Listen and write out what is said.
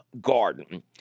garden